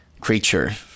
creature